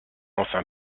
enfin